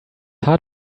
hard